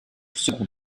second